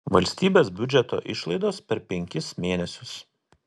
valstybės biudžeto išlaidos per penkis mėnesius